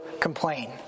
complain